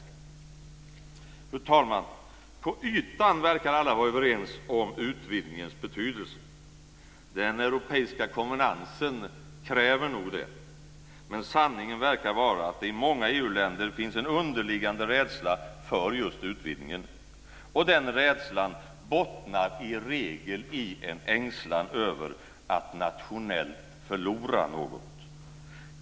Fru talman! På ytan verkar alla vara överens om utvidgningens betydelse. Den europeiska konvenansen kräver nog det. Men sanningen verkar vara att det i många EU-länder finns en underliggande rädsla för just utvidgningen. Den rädslan bottnar i regel i en ängslan över att nationellt förlora något.